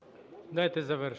КОЖЕМ'ЯКІН А.А.